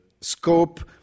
scope